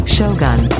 Shogun